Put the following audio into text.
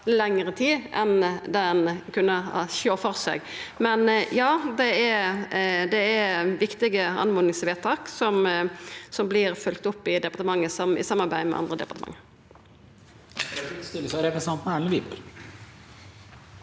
lengre tid enn det ein kunne sjå føre seg. Men ja, det er viktige oppmodingsvedtak som vert følgde opp i departementet i samarbeid med andre departement.